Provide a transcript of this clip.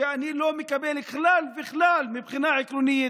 ואני לא מקבל את זה כלל וכלל מבחינה עקרונית,